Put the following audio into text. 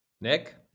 Nick